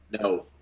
no